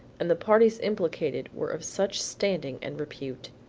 and the parties implicated were of such standing and repute.